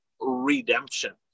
Redemption